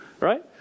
right